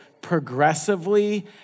progressively